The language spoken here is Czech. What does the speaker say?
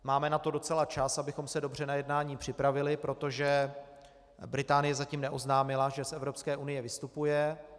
Máme na to docela čas, abychom se dobře na jednání připravili, protože Británie zatím neoznámila, že z Evropské unie vystupuje.